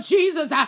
Jesus